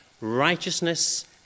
Righteousness